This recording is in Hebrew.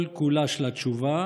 כל-כולה של התשובה